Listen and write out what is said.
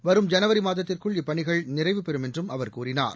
வரும் ஜனவரி மாதத்திற்குள் இப்பணிகள் நிறைவு பெறும் என்றும் அவர் கூறினார்